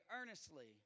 earnestly